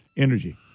energy